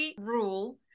rule